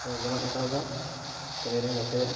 ᱛᱚ ᱡᱚᱢᱟᱜ ᱤᱧ ᱚᱰᱟᱨ ᱟᱠᱟᱫᱟ ᱛᱚ ᱤᱧᱨᱮᱱ ᱜᱟᱛᱮ